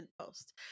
post